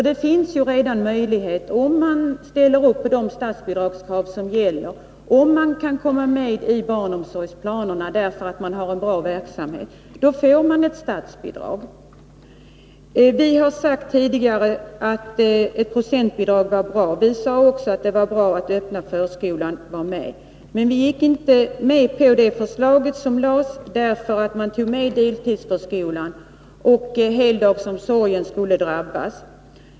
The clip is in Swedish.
Det finns ju redan möjlighet, om man ställer upp på de statsbidragskrav som gäller och man kan komma med i barnomsorgsplanerna därför att man har en bra verksamhet. Då får man statsbidrag. Vi har tidigare sagt att procentbidrag är bra, liksom att det är bra att den öppna förskolan är med. Men vi gick inte med på det förslag som lades fram, eftersom man tog med deltidsförskolan och eftersom heldagsomsorgen skulle drabbas.